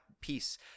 peace